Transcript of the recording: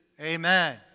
amen